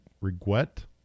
Regret